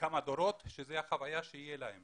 לכמה דורות, שזו החוויה שתהיה להם